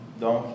Donc